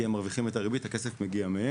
כי הם מרוויחים את הריבית; הכסף מגיע מהם.